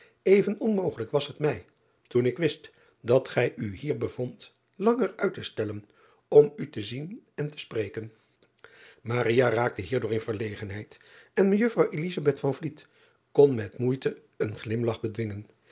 even onmogelijk was het mij toen ik wist dat gij u hier bevondt langer uit te stellen om u te zien en te spreken raakte hierdoor in verlegenheid en ej kon met moeite een glimlach bedwingen